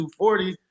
240